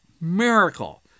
miracle